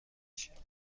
شوید